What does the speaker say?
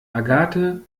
agathe